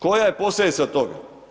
Koja je posljedica toga?